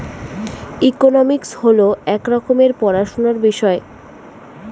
economics হল এক রকমের পড়াশোনার বিষয়